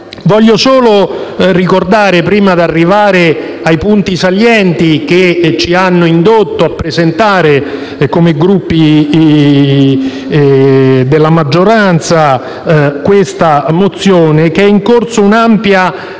Voglio solo ricordare, prima di arrivare ai punti salienti che ci hanno indotto a presentare come maggioranza questa mozione, che è in corso un'ampia